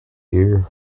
year